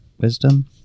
wisdom